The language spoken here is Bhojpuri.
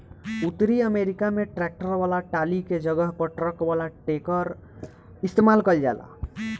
उतरी अमेरिका में ट्रैक्टर वाला टाली के जगह पर ट्रक वाला डेकर इस्तेमाल कईल जाला